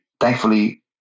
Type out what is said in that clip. Thankfully